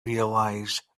realise